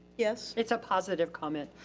yes. it's a positive comment.